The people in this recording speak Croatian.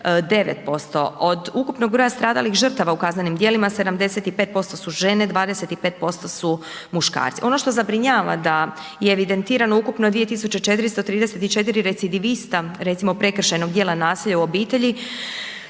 9%. Od ukupnog broja stradalih žrtava u kaznenim djelima 75% su žene, 25% su muškarci. Ono što zabrinjava da je evidentirano ukupno 2434 recidivista recimo prekršajnog djela nasilja u obitelji,